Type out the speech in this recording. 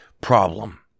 problem